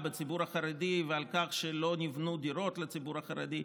בציבור החרדי ועל כך שלא נבנו דירות לציבור החרדי.